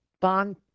bond